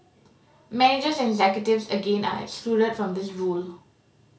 managers and executives again are excluded from this rule